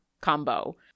combo